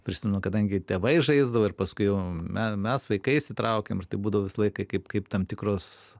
prisimenu kadangi tėvai žaisdavo ir paskui jau mes vaikai įsitraukėm ir tai būdavo visą laiką kaip kaip tam tikrus